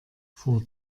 vor